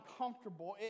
uncomfortable